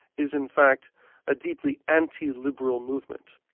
is in fact a deeply anti-liberal movement.